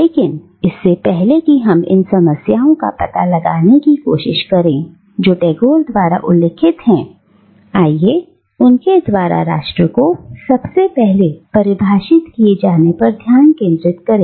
लेकिन इससे पहले कि हम इन समस्याओं का पता लगाने की कोशिश करें जो टैगोर द्वारा उल्लेखित हैं आइए उनके द्वारा राष्ट्र को सबसे पहले परिभाषित किए जाने पर ध्यान केंद्रित करें